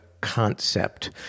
concept